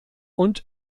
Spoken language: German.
und